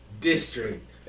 District